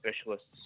specialists